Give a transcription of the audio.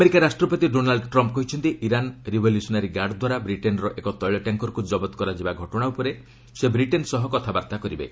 America ରାଷ୍ଟ୍ରପତି Donald Trump କହିଛନ୍ତି Iran revolutionary guard ଦ୍ୱାରା ବ୍ରିଟେନ୍ର ଏକ ତେିଳ ଟ୍ୟାଙ୍କରକୁ ଜବତ କରାଯିବା ଘଟଣା ଉପରେ ସେ ବ୍ରିଟେନ୍ ସହ କଥାବାର୍ତ୍ତା କରିବେ